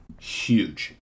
huge